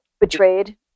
betrayed